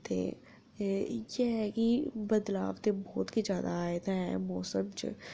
ते इ'यै क बदलाव ते मुल्ख आए दा ऐ मौसम च